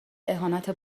اهانت